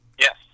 Yes